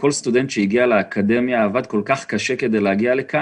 כל סטודנט שהגיע לאקדמיה עבד כל כך קשה כדי להגיע אליה.